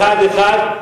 2024561111,